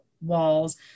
walls